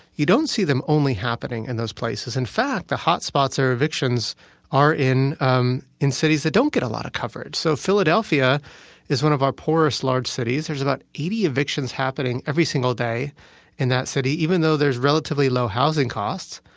you don't see them only happening in those places. in fact, the hotspots of evictions are in um in cities that don't get a lot of coverage. so, philadelphia is one of our poorest large cities, there's about eighty evictions happening every single day in that city, even though there's relatively low housing costs.